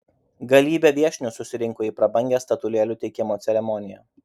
galybė viešnių susirinko į prabangią statulėlių teikimo ceremoniją